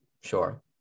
sure